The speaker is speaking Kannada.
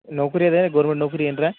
ನೌಕ್ರಿ ಅದೇ ಗೌರ್ಮೆಂಟ್ ನೌಕ್ರಿ ಏನ್ರ